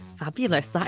Fabulous